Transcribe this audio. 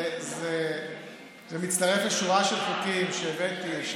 זה מצטרף לשורה של חוקים שהבאתי.